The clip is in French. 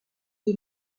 est